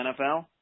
NFL